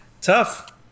Tough